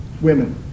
women